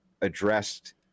addressed